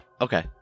Okay